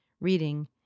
reading